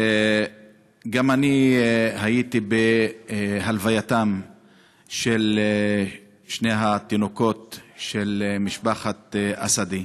גם אני הייתי בהלווייתם של שני התינוקות של משפחת אסדי,